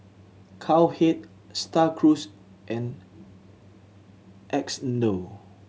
Cowhead Star Cruise and Xndo